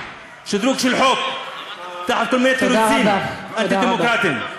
שדרוג של חוק תחת כל מיני תירוצים אנטי-דמוקרטיים.